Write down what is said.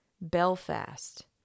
Belfast